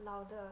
老的